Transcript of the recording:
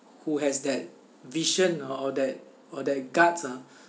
who has that vision or that or that guts ah